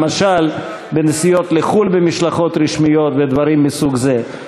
למשל בנסיעות לחו"ל במשלחות רשמיות ודברים מסוג זה.